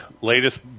latest